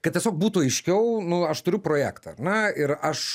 kad tiesiog būtų aiškiau nu aš turiu projektą ar ne ir aš